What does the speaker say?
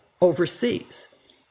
overseas